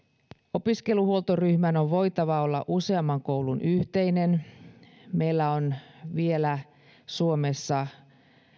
opiskeluhuoltoryhmän on voitava olla useamman koulun yhteinen meillä on vielä suomessa